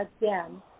again